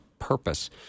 purpose